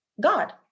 God